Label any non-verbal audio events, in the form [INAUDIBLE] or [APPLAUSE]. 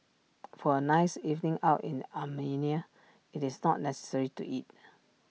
[NOISE] for A nice evening out in Armenia IT is not necessary to eat